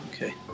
okay